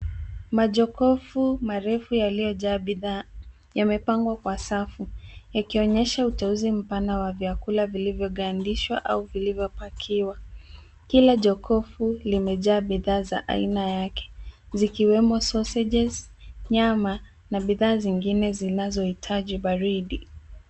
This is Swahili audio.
Majokofu marefu yaliyojaa bidhaa yamepangwa kwa safu yakionyesha uteuzi mpana wa vyakula vilivyogandishwa au vilivyopakiwa. Kila jokofu limejaa bidhaa za aina yake zikiwemo sausages , nyama na bidhaa zingine zinazohitaji baridi.